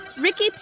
Ricky